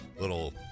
little